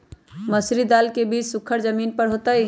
मसूरी दाल के बीज सुखर जमीन पर होतई?